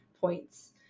points